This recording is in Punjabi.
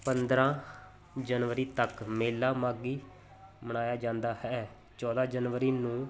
ਪੰਦਰਾਂ ਜਨਵਰੀ ਤੱਕ ਮੇਲਾ ਮਾਘੀ ਮਨਾਇਆ ਜਾਂਦਾ ਹੈ ਚੌਦਾਂ ਜਨਵਰੀ ਨੂੰ